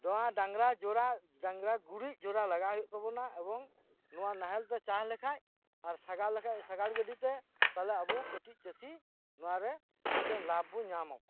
ᱱᱚᱣᱟ ᱰᱟᱝᱨᱟ ᱜᱩᱨᱤᱡ ᱡᱚᱨᱟ ᱞᱟᱜᱟᱣ ᱦᱩᱭᱩᱜ ᱛᱟᱵᱚᱱᱟ ᱮᱵᱚᱝ ᱱᱚᱣᱟ ᱱᱟᱦᱮᱞ ᱛᱮ ᱪᱟᱥ ᱞᱮᱠᱷᱟᱱ ᱟᱨ ᱥᱟᱜᱟᱲ ᱞᱮᱠᱷᱟᱡ ᱥᱟᱜᱟᱲ ᱜᱟᱹᱰᱤ ᱛᱮ ᱛᱚᱵᱮ ᱠᱟᱹᱴᱤᱡ ᱪᱟᱹᱥᱤ ᱱᱚᱣᱟᱨᱮ ᱢᱤᱫᱴᱮᱱ ᱞᱟᱵᱷ ᱵᱚᱱ ᱧᱟᱢᱟ